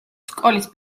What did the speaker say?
სკოლის